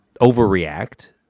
overreact